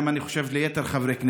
אני חושב שגם ליתר חברי הכנסת.